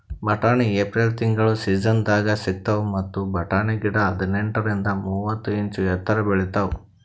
ಬಟಾಣಿ ಏಪ್ರಿಲ್ ತಿಂಗಳ್ ಸೀಸನ್ದಾಗ್ ಸಿಗ್ತಾವ್ ಮತ್ತ್ ಬಟಾಣಿ ಗಿಡ ಹದಿನೆಂಟರಿಂದ್ ಮೂವತ್ತ್ ಇಂಚ್ ಎತ್ತರ್ ಬೆಳಿತಾವ್